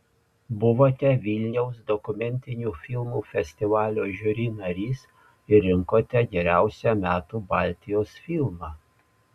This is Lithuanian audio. buvote vilniaus dokumentinių filmų festivalio žiuri narys ir rinkote geriausią metų baltijos filmą